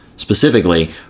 specifically